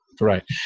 Right